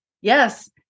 Yes